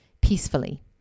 peacefully